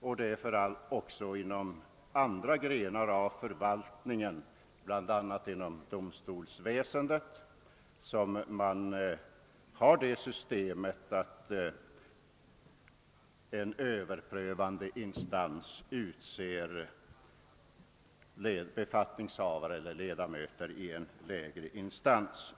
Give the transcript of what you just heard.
Även inom andra grenar inom förvaltningen, bl.a. inom domstolsväsendet, har man dei systemet att en överprövande instans utser befattningshavare eller ledamöter i en lägre instans.